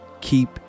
Keep